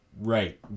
Right